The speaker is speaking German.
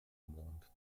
mond